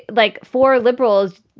like for liberals.